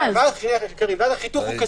ואז החיתוך הוא כזה: